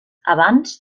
abans